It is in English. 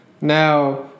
Now